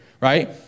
right